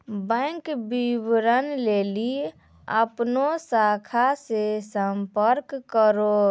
bank विबरण लेली अपनो शाखा से संपर्क करो